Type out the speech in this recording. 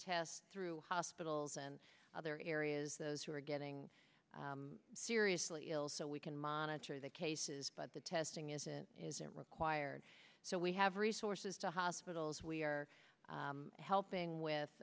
test through hospitals and other areas those who are getting seriously ill so we can monitor the cases but the testing is it isn't required so we have resources to hospitals we are helping